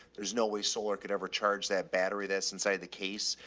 there's no way solar could ever charge that battery. this inside of the case,